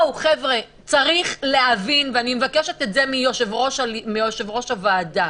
חבר'ה, צריך להבין, ואני מבקשת מיושב-ראש הוועדה